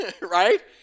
right